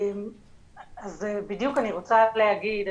בדיוק אני רוצה להגיד,